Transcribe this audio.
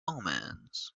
omens